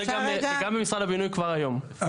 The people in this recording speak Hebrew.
זה גם במשרד הבינוי כבר היום.